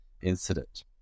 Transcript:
incident